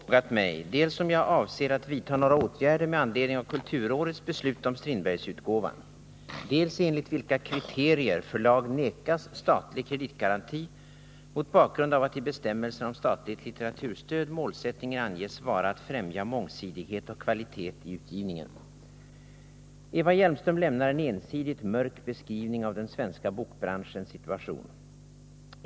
Herr talman! Eva Hjelmström har frågat mig dels om jag avser att vidta några åtgärder med anledning av kulturrådets beslut om Strindbergsutgåvan, dels enligt vilka kriterier förlag nekas statlig kreditgaranti mot bakgrund av att i bestämmelserna om statligt litteraturstöd målsättningen anges vara att främja mångsidighet och kvalitet i utgivningen. Eva Hjelmström lämnar en ensidigt mörk beskrivning av den svenska bokbranschens situation.